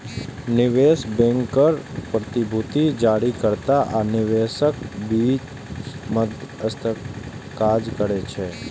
निवेश बैंकर प्रतिभूति जारीकर्ता आ निवेशकक बीच मध्यस्थक काज करै छै